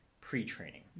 pre-training